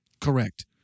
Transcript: Correct